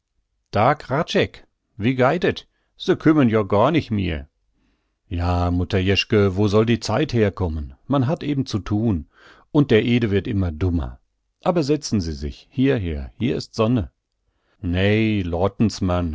hradscheck wie geiht et se kümmen joa goar nich mihr ja mutter jeschke wo soll die zeit herkommen man hat eben zu thun und der ede wird immer dummer aber setzen sie sich hierher hier ist sonne nei